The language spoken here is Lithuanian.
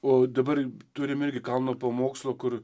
o dabar turim irgi kalno pamokslą kur